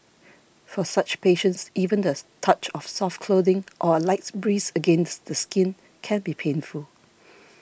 for such patients even does touch of soft clothing or a light breeze against the skin can be painful